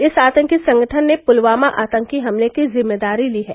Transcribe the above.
इस आतंकी संगठन ने पुलवामा आतंकी हमले की जिम्मेदारी ली है